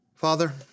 Father